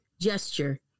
gesture